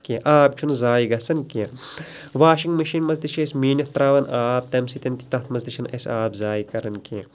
کیٚنٛہہ آب چھِنہٕ ضایہِ گَژھان کیٚنٛہہ واشِنٛگ مِشیٖن منٛز تہِ چھِ أسۍ میٖنِتھ تَرٛاوان آب تَمہِ سٍتۍ تہِ تَتھ منٛز چھِنہٕ أسۍ آب ضایہِ کَران کیٚنٛہہ